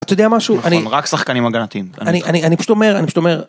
אתה יודע משהו אני רק שחקנים הגנתיים אני אני אני פשוט אומר אני אומר.